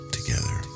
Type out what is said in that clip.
together